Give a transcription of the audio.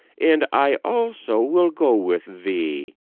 and i also will go with thee.